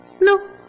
No